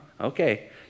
Okay